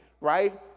right